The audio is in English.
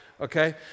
okay